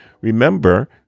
remember